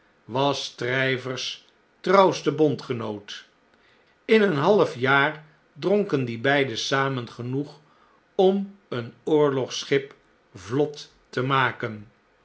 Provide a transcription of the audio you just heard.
was stryver's trouwste bondgenoot in een half jaar dronken die beide samen genoeg om een oorlogsschip vlot te mahaee